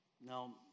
Now